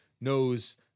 knows